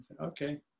okay